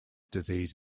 disease